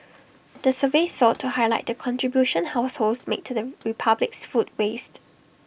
the survey sought to highlight the contribution households make to the republic's food waste